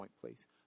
please